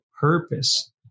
purpose